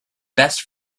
best